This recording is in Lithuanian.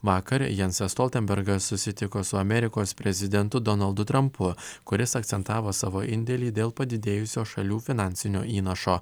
vakar jansas stoltenbergas susitiko su amerikos prezidentu donaldu trampu kuris akcentavo savo indėlį dėl padidėjusio šalių finansinio įnašo